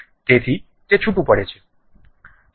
તેથી તે છૂટું પડે છે